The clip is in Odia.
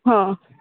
ହଁ